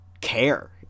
care